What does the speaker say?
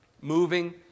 Moving